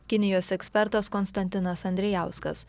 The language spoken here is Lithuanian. kinijos ekspertas konstantinas andrijauskas